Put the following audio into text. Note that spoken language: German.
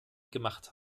gemacht